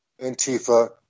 Antifa